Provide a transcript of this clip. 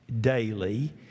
daily